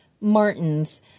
Martins